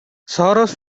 sorrows